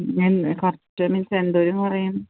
ഞാൻ correct I mean എന്തോരം കുറയും